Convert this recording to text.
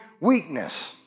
weakness